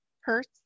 Hertz